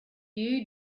you